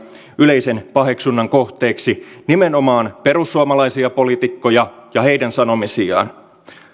yleisen paheksunnan kohteeksi nimenomaan perussuomalaisia poliitikkoja ja heidän sanomisiaan